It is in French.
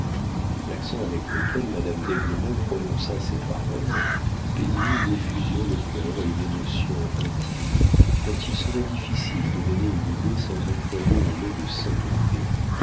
l'accent avec lequel madame d'aiglemont prononça ces paroles peignit une effusion de cœur et une émotion intime dont il serait difficile de donner une idée sans employer le mot de sainteté